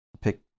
pick